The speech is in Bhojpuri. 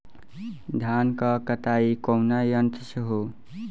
धान क कटाई कउना यंत्र से हो?